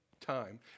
time